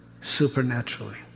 supernaturally